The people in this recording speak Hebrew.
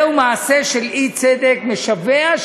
זהו מעשה של אי-צדק משווע,